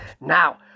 Now